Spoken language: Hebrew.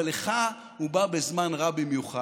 אבל לך הוא בא בזמן רע במיוחד: